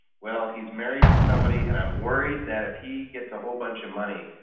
well he's married to somebody and i'm worried that if he gets a whole bunch of money,